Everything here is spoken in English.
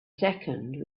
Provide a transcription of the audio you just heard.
second